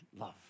love